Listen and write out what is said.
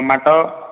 tomato